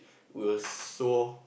we were so